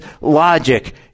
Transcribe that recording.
logic